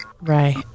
Right